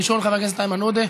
הראשון, חבר הכנסת איימן עודה,